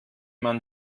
man